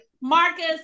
marcus